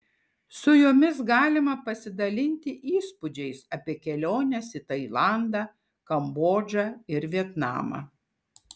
su jomis galima pasidalinti įspūdžiais apie keliones į tailandą kambodžą ir vietnamą